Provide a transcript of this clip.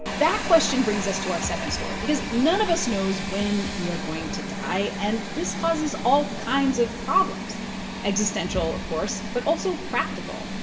that question brings us to our second story because none of us knows when we are going to die. and this causes all kinds of problems existential, of course, but also practical.